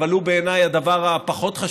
אבל זה בעיניי הדבר הפחות-חשוב,